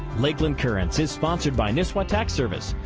lakeland currents is sponsored by nisswa tax service.